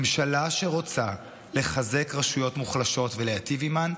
ממשלה שרוצה לחזק רשויות מוחלשות ולהיטיב עימן,